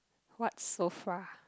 what sofa